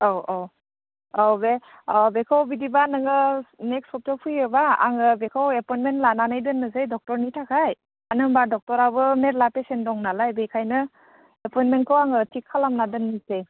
औ औ औ बे अह बेखौ बिदिबा नोङो नेक्स्ट सप्तायाव फैयोबा आङो बेखौ एफइमेन्ट लानानै दोननोसै डक्टरनि थाखाय मानो होमबा डक्टराबो मेरला पेसेन्ट दं नालाय बेखायनो एपइमेन्टखौ आङो थिग खालामना दोननोसै